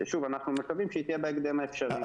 ששוב אנחנו מקווים שתהיה בהקדם האפשרי.